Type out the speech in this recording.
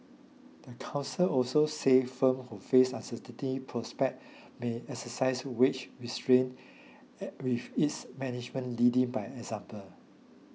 the council also said firms who face uncertain prospects may exercise wage restraint with its management leading by example